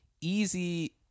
easy